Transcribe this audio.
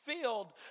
filled